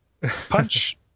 punch